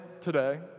today